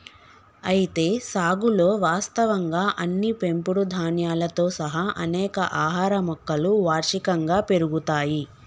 అయితే సాగులో వాస్తవంగా అన్ని పెంపుడు ధాన్యాలతో సహా అనేక ఆహార మొక్కలు వార్షికంగా పెరుగుతాయి